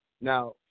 Now